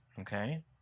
Okay